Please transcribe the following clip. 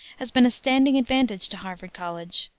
has been a standing advantage to harvard college.